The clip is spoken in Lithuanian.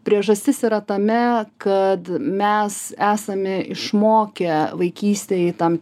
priežastis yra tame kad mes esame išmokę vaikystėj tam